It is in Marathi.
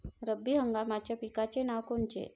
रब्बी हंगामाच्या पिकाचे नावं कोनचे?